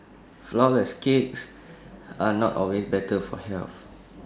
Flourless Cakes are not always better for health